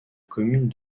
commune